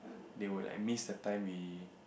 they will like miss the time we